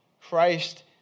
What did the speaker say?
Christ